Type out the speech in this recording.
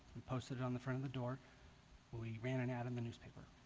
we posted it on the front of the door well we ran an ad in the newspaper,